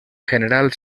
general